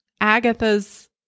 Agatha's